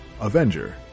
Avenger